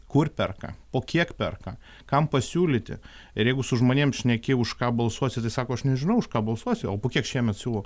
kur perka po kiek perka kam pasiūlyti ir jeigu su žmonėm šneki už ką balsuosi tai sako aš nežinau už ką balsuosiu o po kiek šiemet siūlo